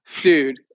dude